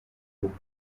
book